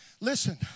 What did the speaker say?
Listen